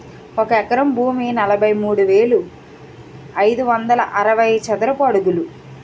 ఒక ఎకరం భూమి నలభై మూడు వేల ఐదు వందల అరవై చదరపు అడుగులు